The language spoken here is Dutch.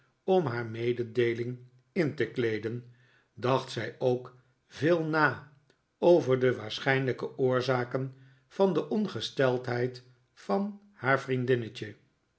om haar mededeeling in te kleeden dacht zij ook veel na over de waarschijnlijke oorzaken van de ongesteldheid van haar vriendinnetje